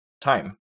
time